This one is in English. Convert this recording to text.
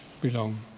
belong